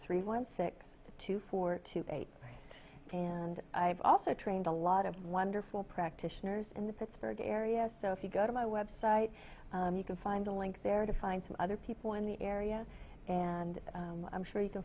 three one six two four two eight and i've also trained a lot of wonderful practitioners in the pittsburgh area so if you go to my web site you can find a link there to find other people in the area and i'm sure you can